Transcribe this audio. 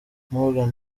morgan